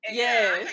yes